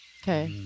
Okay